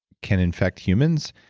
can infect humans?